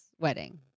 wedding